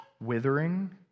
withering